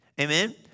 Amen